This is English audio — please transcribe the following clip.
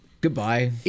Goodbye